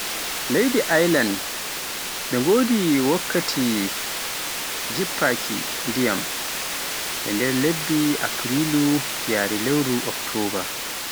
Leydi Ailan ɓe ngodi wakkati jiffaaki ndiyam nder lebbi Aprilu yaari lewru Oktoba.